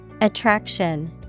ATTRACTION